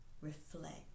Reflect